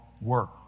Work